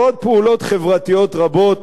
ועוד פעולות חברתיות רבות